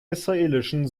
israelischen